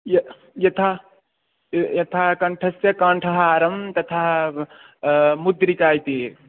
य यथा यथा कन्ठस्य कन्ठहारं तथा मुद्रिका इति